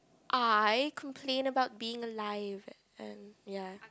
I complain about being alive and ya